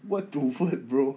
word to word bro